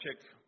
check